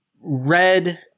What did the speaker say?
red